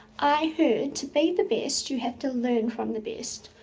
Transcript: i heard, to be the best, you have to learn from the best.